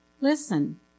Listen